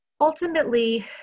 Ultimately